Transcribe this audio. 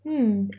mm